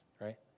right